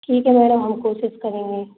ठीक है मैडम हम कोशिस करेंगे